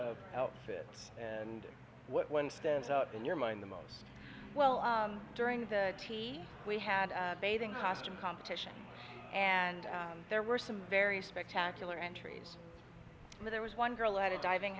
of outfits and what one stands out in your mind the most well during the t v we had a bathing costume competition and there were some very spectacular entries and there was one girl at a diving